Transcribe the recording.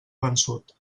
vençut